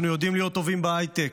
אנחנו יודעים להיות טובים בהייטק,